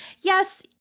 Yes